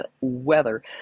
weather